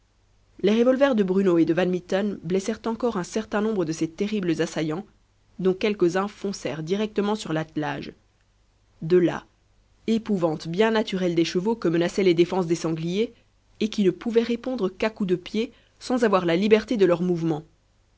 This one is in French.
les revolvers de bruno et de van mitten blessèrent encore un certain nombre de ces terribles assaillants dont quelques-uns foncèrent directement sur l'attelage de là épouvante bien naturelle des chevaux que menaçaient les défenses des sangliers et qui ne pouvaient répondre qu'à coups de pied sans avoir la liberté de leurs mouvements